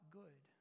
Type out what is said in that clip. good